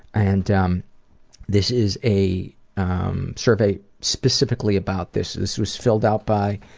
and um this is a um survey specifically about this. this was filled out by